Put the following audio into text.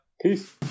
Peace